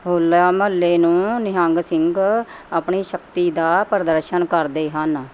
ਹੋਲਾ ਮਹੱਲੇ ਨੂੰ ਨਿਹੰਗ ਸਿੰਘ ਆਪਣੀ ਸ਼ਕਤੀ ਦਾ ਪ੍ਰਦਰਸ਼ਨ ਕਰਦੇ ਹਨ